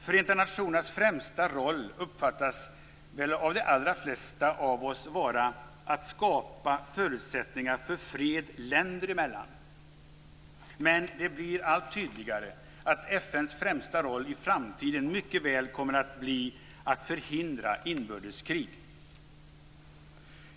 Förenta nationernas främsta roll uppfattas väl av de allra flesta av oss vara att skapa förutsättningar för fred länder emellan. Men det blir allt tydligare att FN:s främsta roll i framtiden mycket väl kan komma att bli att förhindra inbördeskrig.